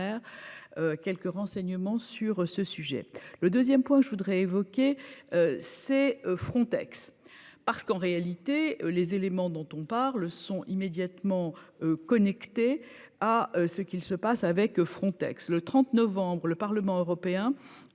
quelques renseignements sur ce sujet, le 2ème point je voudrais évoquer ces Frontex parce qu'en réalité, les éléments dont on parle sont immédiatement connecté à ce qu'il se passe avec Frontex le 30 novembre le Parlement européen